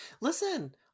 Listen